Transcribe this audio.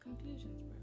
conclusions